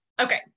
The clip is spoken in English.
Okay